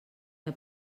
què